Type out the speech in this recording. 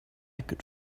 could